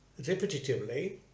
repetitively